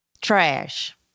trash